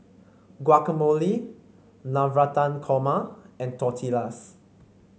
Guacamole Navratan Korma and Tortillas